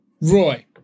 Roy